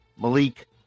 Malik